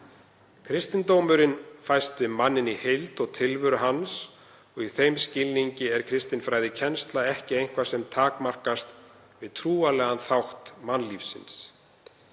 Kristindómurinn fæst við manninn í heild og tilveru hans og í þeim skilningi er kristinfræðikennslan ekki eitthvað sem takmarkast við trúarlegan þátt mannlífsins.